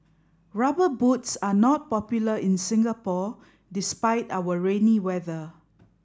rubber boots are not popular in Singapore despite our rainy weather